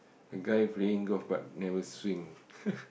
a guy playing golf but never swing